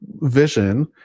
vision